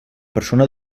persona